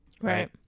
right